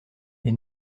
les